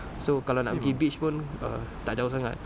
so kalau nak pergi beach pun err tak jauh sangat